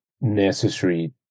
necessary